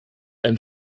ein